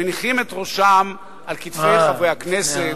מניחים את ראשם על כתפי חברי הכנסת,